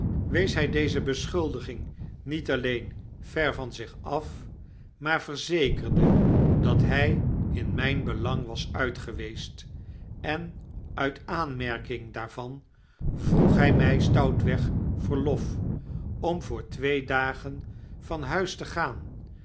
wees hy deze beschuldiging niet alleen ver van zich af maar verzekerde dat hi in mynbelangwas uitgeweest en uit aanmerking daarvan vroeg hy mij stoutweg verlof om voor twee dagen van huis te gaan